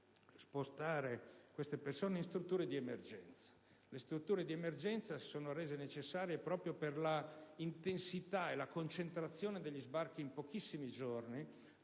spostare queste persone in strutture di emergenza, che si sono rese necessarie proprio per l'intensità e la concentrazione degli sbarchi in pochissimi giorni.